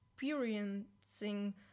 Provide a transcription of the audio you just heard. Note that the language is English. experiencing